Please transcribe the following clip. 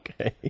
Okay